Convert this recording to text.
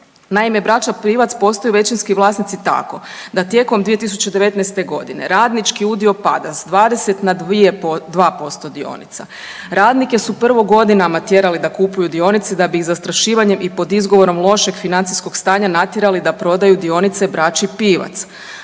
Naime, braća Pivac postaju većinski vlasnici tako da tijekom 2019. g. radnički udio pada s 20 na 2% dionica. Radnike su prvo godinama tjerali da kupuju dionice, da bi ih zastrašivanjem i pod izgovorom lošeg financijskog stanja natjerali da prodaju dionice braći Pivac.